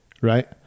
Right